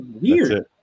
Weird